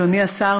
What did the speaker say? אדוני השר,